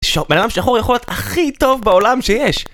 שוב, בן אדם שחור יכול להיות הכי טוב בעולם שיש!